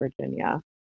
Virginia